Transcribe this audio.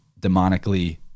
demonically